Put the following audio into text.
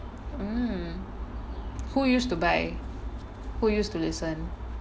hmm who used to buy who used to listen